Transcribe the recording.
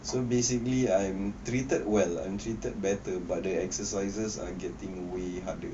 so basically I'm treated well I'm treated better but the exercises are getting way harder